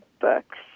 books